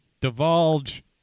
Divulge